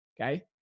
okay